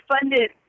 funded